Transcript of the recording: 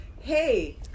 Hey